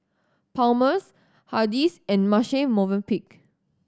Palmer's Hardy's and Marche Movenpick